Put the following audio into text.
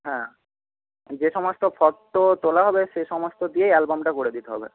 হ্যাঁ যে সমস্ত ফটো তোলা হবে সে সমস্ত দিয়েই অ্যালবামটা করে দিতে হবে